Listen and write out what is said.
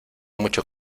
mucho